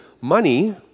money